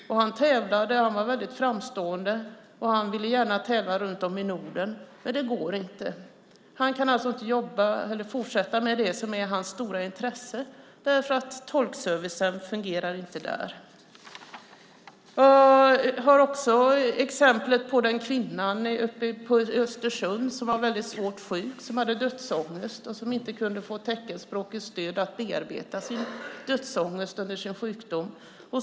Han tävlade och var framstående, och han ville gärna tävla runt om i Norden. Men det går inte. Han kan inte fortsätta med det som är hans stora intresse därför att tolkservicen inte fungerar där. Jag har också ett annat exempel på en kvinna uppe i Östersund som var svårt sjuk. Hon hade dödsångest, men hon kunde inte få teckenspråkigt stöd att bearbeta sin dödsångest under sin sjukdom.